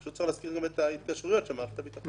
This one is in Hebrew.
פשוט צריך להזכיר גם את ההתקשרויות של מערכת הביטחון.